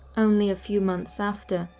only a few months after,